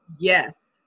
Yes